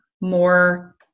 more